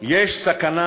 יש סכנה